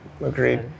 agreed